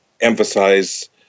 emphasize